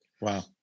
Wow